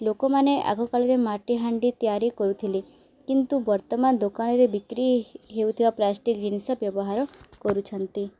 ଲୋକମାନେ ଆଗକାଳରେ ମାଟି ହାଣ୍ଡି ତିଆରି କରୁଥିଲେ କିନ୍ତୁ ବର୍ତ୍ତମାନ ଦୋକାନରେ ବିକ୍ରି ହେଉଥିବା ପ୍ଲାଷ୍ଟିକ ଜିନିଷ ବ୍ୟବହାର କରୁଛନ୍ତି